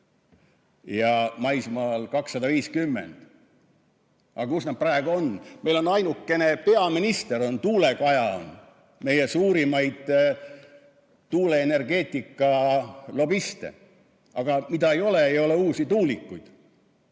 ja maismaal 250. Aga kus nad praegu on? Meil on ainukene, peaminister on Tuule-Kaja, meie suurimaid tuuleenergeetika lobiste, aga mida ei ole, on uued tuulikud.